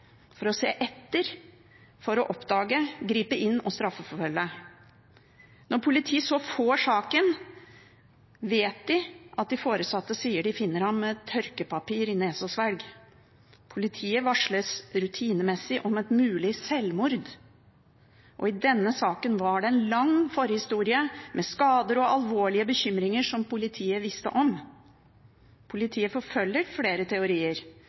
å se etter, for å oppdage, gripe inn og straffeforfølge. Da politiet fikk denne saken, visste de at de foresatte hadde sagt at de fant ham med tørkepapir i nese og svelg. Politiet ble varslet rutinemessig om et mulig selvmord. I denne saken var det en lang forhistorie med skader og alvorlige bekymringer som politiet visste om. Politiet forfulgte flere teorier.